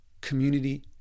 community